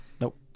Nope